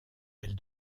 elle